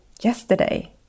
yesterday